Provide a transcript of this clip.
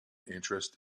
interest